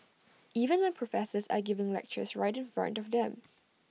even when professors are giving lectures right in front of them